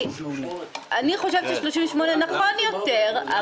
אני חושבת ש-38 נכון יותר.